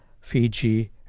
Fiji